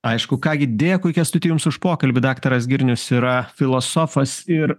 aišku ką gi dėkui kęstuti jums už pokalbį daktaras girnius yra filosofas ir